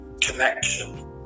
connection